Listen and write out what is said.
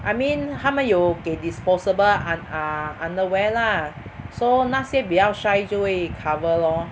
I mean 他们有给 disposable un~ ah underwear lah so 那些比较 shy 就会 cover lor